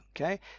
okay